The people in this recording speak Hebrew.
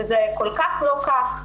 וזה כל כך לא כך,